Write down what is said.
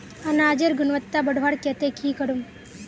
अनाजेर गुणवत्ता बढ़वार केते की करूम?